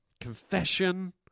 confession